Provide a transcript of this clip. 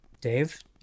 Dave